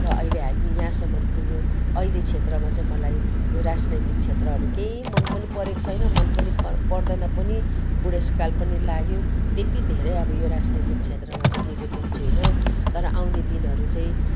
र अहिले हामी यहाँसम्म पुग्यौँ अहिले क्षेत्रमा चाहिँ मलाई यो राजनैतिक क्षेत्रहरू केही मन पनि परेको छैन मन पनि पर पर्दैन पनि बुढेसकाल पनि लाग्यो लाग्यो त्यति धेरै अब यो राजनैतिक क्षेत्रमा चाहिँ बुजेको पनि छुइनँ तर आउने दिनहरू चाहिँ